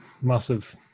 massive